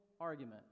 argument